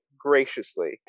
graciously